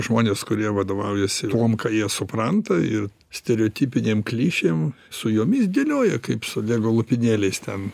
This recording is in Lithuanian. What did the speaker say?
žmonės kurie vadovaujasi tuom ką jie supranta ir stereotipiniam klišėm su jomis dėlioja kaip su lego lopinėliais ten